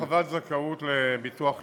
(תיקון, הרחבת זכאות לביטוח אימהות).